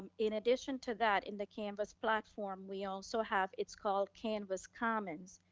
um in addition to that, in the canvas platform, we also have, its called canvas commons.